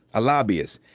a lobbyist,